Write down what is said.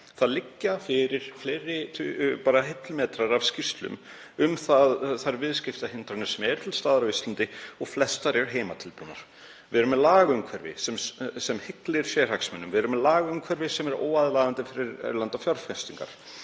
það liggja fyrir fleiri hillumetrar af skýrslum um þær viðskiptahindranir sem eru til staðar á Íslandi og flestar eru heimatilbúnar. Við erum með lagaumhverfi sem hyglir sérhagsmunum. Við erum með lagaumhverfi sem er óaðlaðandi fyrir erlendar fjárfestingar.